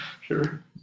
Sure